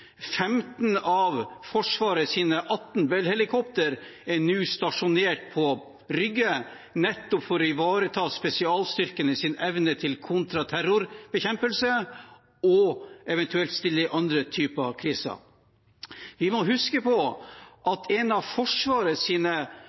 15 av Forsvarets 18 Bell-helikoptre er nå stasjonert på Rygge nettopp for å ivareta spesialstyrkenes evne til kontraterrorbekjempelse og eventuelt stille i andre typer kriser. Vi må huske på at en av